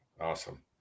awesome